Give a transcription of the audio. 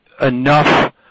enough